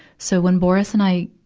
so when boris and i,